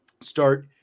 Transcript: start